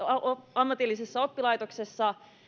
ammatillisessa oppilaitoksessa